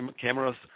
cameras